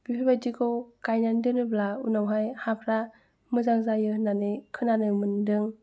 बेफोरबायदिखौ गायनानै दोनोब्ला उनावहाय हाफ्रा मोजां जायो होननानै खोनानो मोन्दों